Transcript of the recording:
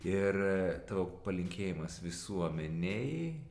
ir tavo palinkėjimas visuomenei